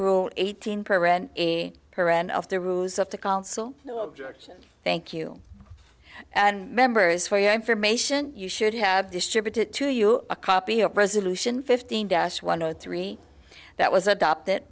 rule eighteen per her and of the rules of the council no objection thank you and members for your information you should have distributed to you a copy of resolution fifteen dash one zero three that was adopted